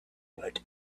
but